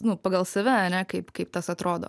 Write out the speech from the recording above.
nu pagal save ane kaip kaip tas atrodo